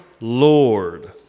Lord